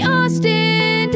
Austin